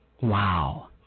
Wow